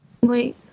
Wait